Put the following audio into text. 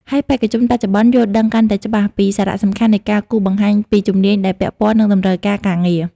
ហើយបេក្ខជនបច្ចុប្បន្នយល់ដឹងកាន់តែច្បាស់ពីសារៈសំខាន់នៃការគូសបញ្ជាក់ពីជំនាញដែលពាក់ព័ន្ធនឹងតម្រូវការការងារ។